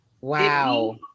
Wow